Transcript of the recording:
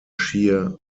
shear